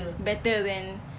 better than